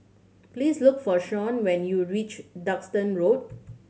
please look for Shon when you reach Duxton Road